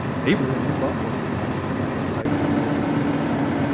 neighbor in new braunfels who flies this flag upside down today, as a matter of fact.